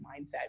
mindset